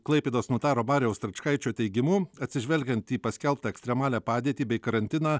klaipėdos notaro mariaus stračkaičio teigimu atsižvelgiant į paskelbtą ekstremalią padėtį bei karantiną